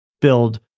build